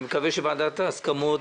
אני מקווה שוועדת ההסכמות